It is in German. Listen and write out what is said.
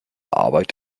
arbeit